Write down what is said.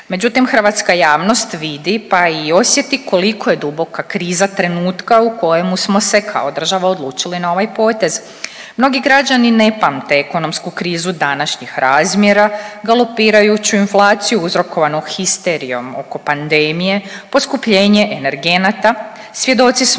Međutim, hrvatska javnost vidi, pa i osjeti koliko je duboka kriza trenutka u kojemu smo se kao država odlučili na ovaj potez. Mnogi građani ne pamte ekonomsku krizu današnjih razmjera, galopirajuću inflaciju uzrokovanu histerijom oko pandemnije, poskupljenje energenata,